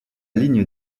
ligne